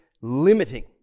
limiting